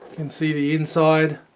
can see the inside